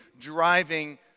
driving